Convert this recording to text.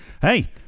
Hey